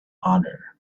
honor